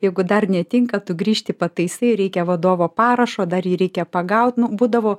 jeigu dar netinka tu grįžti pataisai reikia vadovo parašo dar jį reikia pagaut nu būdavo